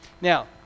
Now